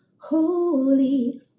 Holy